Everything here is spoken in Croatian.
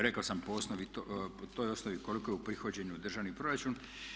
Rekao sam po toj osnovi koliko je uprihođeno u državni proračun.